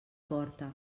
porta